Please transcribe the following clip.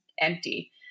empty